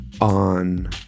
on